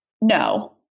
No